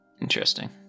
Interesting